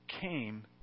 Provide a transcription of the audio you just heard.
came